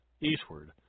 eastward